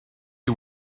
you